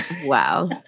Wow